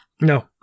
No